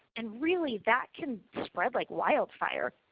and really, that can spread like wildfire.